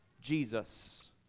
Jesus